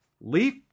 leaf